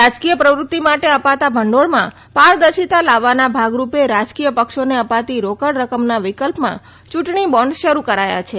રાજકીય પ્રવૃતિ માટે અપાતા ભંડીળમાં પારદર્શિતા લાવવાના ભાગરૂપે રાજકીય પક્ષોને અપાતી રોકડ રકમના વિકલ્પમાં ચૂંટણી બોન્ડ શરૂ કરાયા છે